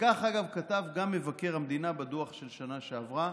וכך כתב גם מבקר המדינה בדוח של השנה שעברה